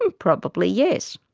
um probably yes.